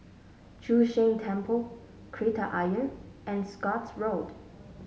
Chu Sheng Temple Kreta Ayer and Scotts Road